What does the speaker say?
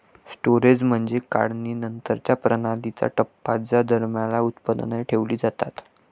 storage म्हणजे काढणीनंतरच्या प्रणालीचा टप्पा ज्या दरम्यान उत्पादने ठेवली जातात